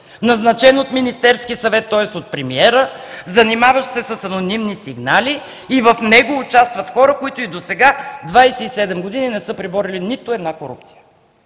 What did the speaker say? назначен от Министерския съвет, тоест от премиера, занимаващ се с анонимни сигнали и в него участват хора, които и досега – 27 години, не са преборили нито една корупция.